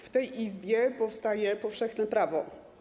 W tej Izbie powstaje powszechne prawo.